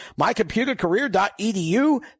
mycomputercareer.edu